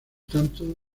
tanto